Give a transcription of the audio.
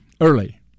early